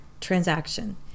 transaction